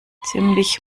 ziemlich